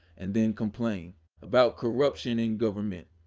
and then complain about corruption in government.